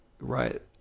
right